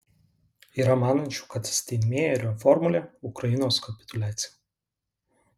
yra manančių kad steinmeierio formulė ukrainos kapituliacija